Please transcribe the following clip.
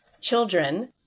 children